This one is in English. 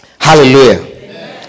Hallelujah